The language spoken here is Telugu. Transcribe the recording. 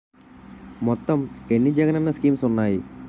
మొత్తం ఎన్ని జగనన్న స్కీమ్స్ ఉన్నాయి?